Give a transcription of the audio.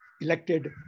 elected